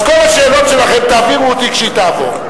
אז את כל השאלות שלכם תעבירו אלי כשהיא תעבור.